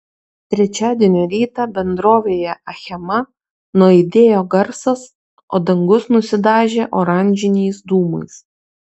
trečiadienio rytą bendrovėje achema nuaidėjo garsas o dangus nusidažė oranžiniais dūmais